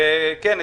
במקום מגוריהם.